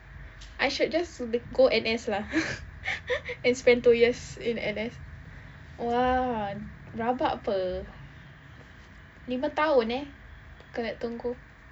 I should just go N_S lah and spend two years in N_S !wah! rabak [pe] lima tahun eh kena tunggu